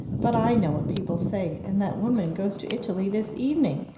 but i know what people say and that woman goes to italy this evening.